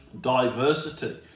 diversity